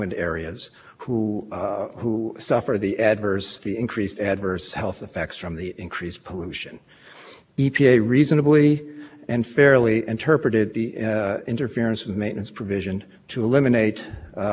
most of those risks determined which up when states emissions caused those risks and then it eliminated the increment of those states emissions because those risks and so for most of the downwind areas those risks were